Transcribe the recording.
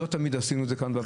לא תמיד עשינו את זה כאן בוועדה.